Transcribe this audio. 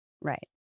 Right